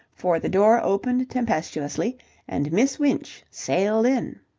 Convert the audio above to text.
for the door opened tempestuously and miss winch sailed in.